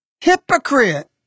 Hypocrite